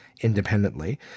independently